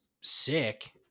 sick